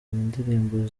indirimbo